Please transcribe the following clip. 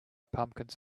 pumpkins